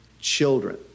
children